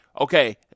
okay